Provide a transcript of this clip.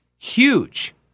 Huge